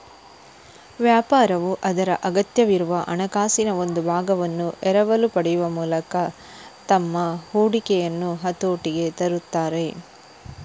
ವ್ಯಾಪಾರವು ಅದರ ಅಗತ್ಯವಿರುವ ಹಣಕಾಸಿನ ಒಂದು ಭಾಗವನ್ನು ಎರವಲು ಪಡೆಯುವ ಮೂಲಕ ತಮ್ಮ ಹೂಡಿಕೆಯನ್ನು ಹತೋಟಿಗೆ ತರುತ್ತಾರೆ